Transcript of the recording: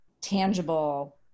tangible